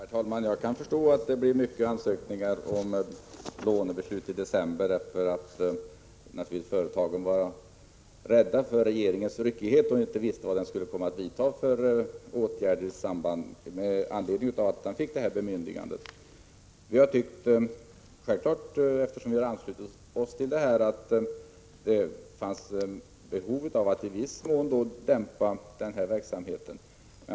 Herr talman! Jag kan förstå att det blev mycket ansökningar om lånebeslut i december. Företagen var naturligtvis rädda för regeringens ryckighet och visste inte vilka åtgärder den skulle komma att vidta i anledning av att den I fick detta bemyndigande. Vi har självfallet tyckt — vi har ju anslutit oss till beslutet — att det fanns behov av att i viss mån dämpa denna verksamhet.